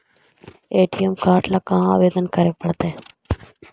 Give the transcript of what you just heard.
ATM card ल कहा आवेदन करे पड़तै?